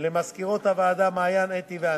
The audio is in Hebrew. ולמזכירות הוועדה מעיין, אתי וענת,